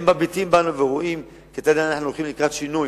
הם מביטים בנו ורואים כיצד אנחנו הולכים לקראת שינוי